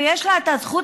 ויש לה את הזכות,